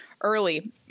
early